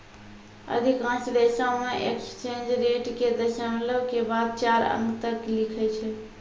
अधिकांश देशों मे एक्सचेंज रेट के दशमलव के बाद चार अंक तक लिखै छै